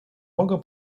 mogę